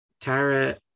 Tara